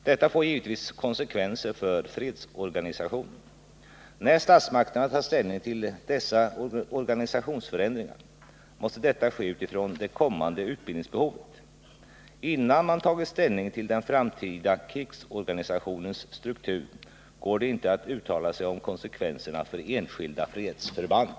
Detta får givetvis konsekvenser för fredsorganisationen. När statsmakterna tar ställning till dessa organisationsförändringar måste detta ske utifrån det kommande utbildningsbehovet. Innan man tagit ställning till den framtida krigsorganisationens struktur går det inte att uttala sig om konsekvenserna för enskilda fredsförband.